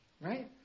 Right